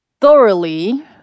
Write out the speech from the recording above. thoroughly